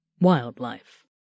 wildlife